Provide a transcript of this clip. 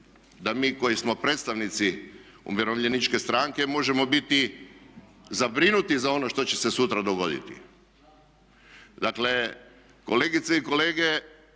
da mi koji smo predstavnici Umirovljeničke stranke možemo biti zabrinuti za ono što će se sutra dogoditi? Dakle, kolegice i kolege